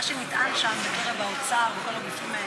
מה שנטען שם בקרב האוצר וכל הגופים האלה